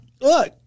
look